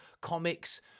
comics